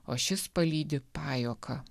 o šis palydi pajuoka